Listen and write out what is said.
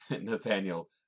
Nathaniel